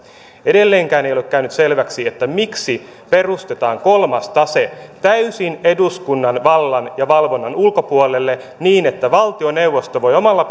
edelleenkään ei ole käynyt selväksi miksi perustetaan kolmas tase täysin eduskunnan vallan ja valvonnan ulkopuolelle niin että valtioneuvosto voi omalla